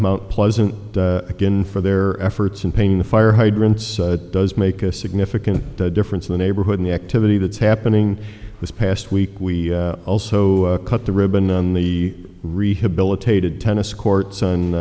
mt pleasant again for their efforts in painting the fire hydrants does make a significant difference in the neighborhood in the activity that is happening this past week we also cut the ribbon on the rehabilitated tennis courts and